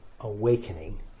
awakening